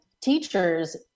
teachers